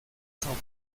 hombres